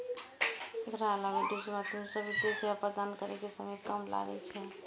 एकर अलावा डिजिटल माध्यम सं वित्तीय सेवा प्रदान करै मे समय कम लागै छै